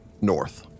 north